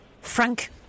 Frank